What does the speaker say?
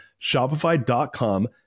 Shopify.com